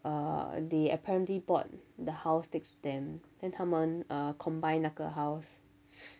err they apparently bought the house next to them then 他们 uh combine 那个 house